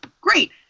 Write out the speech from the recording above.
great